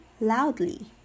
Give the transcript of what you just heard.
loudly